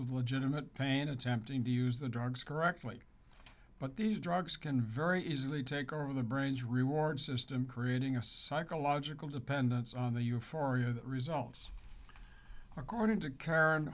with legitimate pain attempting to use the drugs correctly but these drugs can very easily take over the brain's reward system creating a psychological dependence on the euphoria that results according to karen